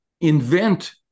invent